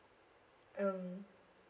um